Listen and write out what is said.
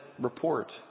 report